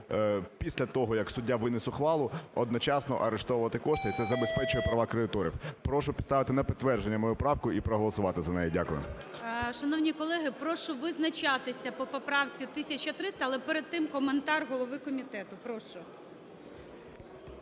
після того, як суддя виніс ухвалу, одночасно арештовувати кошти, і це забезпечує права кредиторів. Прошу поставити на підтвердження мою правку і проголосувати за неї. Дякую. ГОЛОВУЮЧИЙ. Шановні колеги, прошу визначатися по поправці 1300. Але перед тим коментар голови комітету. Прошу.